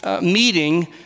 meeting